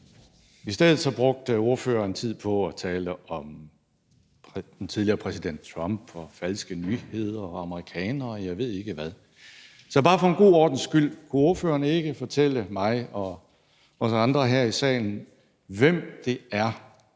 I stedet brugte ordføreren tid på at tale om den tidligere præsident Trump, falske nyheder og amerikanere, og jeg ved ikke hvad. Så bare for en god ordens skyld vil jeg høre: Kunne ordføreren ikke fortælle mig og os andre her i salen, hvem det er,